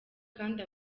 kandi